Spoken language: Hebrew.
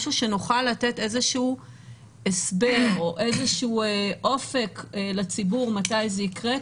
משהו שנוכל לתת איזה שהוא הסבר או איזה שהוא אופק לציבור מתי זה יקרה?